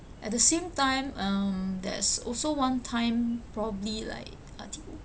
at the same time um there's also one time probably like I think